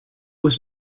was